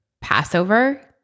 Passover